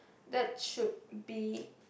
that should be